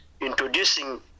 introducing